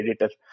editor